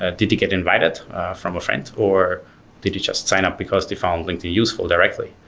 ah did you get invited from a friend, or did you just sign up because they found linkedin useful directly?